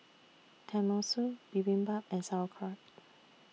Tenmusu Bibimbap and Sauerkraut